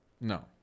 No